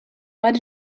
but